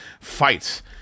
Fights